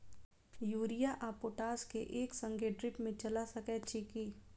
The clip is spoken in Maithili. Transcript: यूरिया आ पोटाश केँ एक संगे ड्रिप मे चला सकैत छी की?